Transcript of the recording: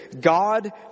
God